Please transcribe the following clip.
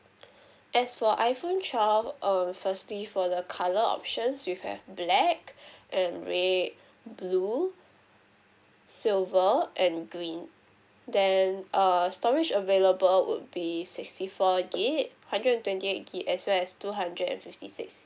as for iPhone twelve err firstly for the color options we have black and red blue silver and green then err storage available would be sixty four gig hundred and twenty eight gig as well as two hundred and fifty six